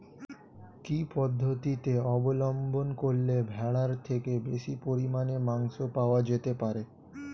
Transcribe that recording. কি পদ্ধতিতে অবলম্বন করলে ভেড়ার থেকে বেশি পরিমাণে মাংস পাওয়া যেতে পারে?